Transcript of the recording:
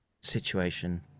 situation